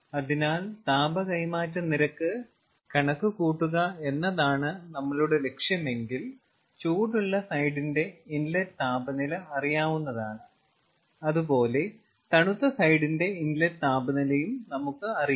അതിനാൽ താപ കൈമാറ്റ നിരക്ക് കണക്കുകൂട്ടുക എന്നതാണ് നമ്മളുടെ ലക്ഷ്യമെങ്കിൽ ചൂടുള്ള സൈഡിന്റെ ഇൻലെറ്റ് താപനില അറിയാവുന്നതാണ് അതുപോലെ തണുത്ത സൈഡിന്റെ ഇൻലെറ്റ് താപനിലയും നമുക്ക് അറിയാം